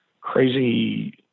crazy